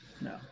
No